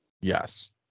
Yes